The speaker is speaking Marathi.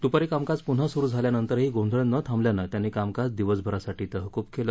दुपारी कामकाज पुन्हा सुरू झाल्यानंतरही गोंधळ न थांबल्यानं त्यांनी कामकाज दिवसभरासाठी तहकुब केलं